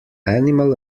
animal